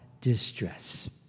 distress